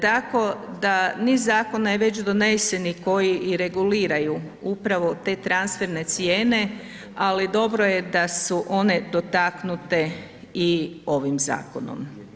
Tako da niz zakona već donesenih koji reguliraju upravo te transferne cijene, ali dobro je da su one dotaknute i ovim zakonom.